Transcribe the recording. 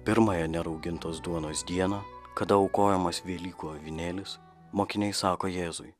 pirmąją neraugintos duonos dieną kada aukojamas velykų avinėlis mokiniai sako jėzui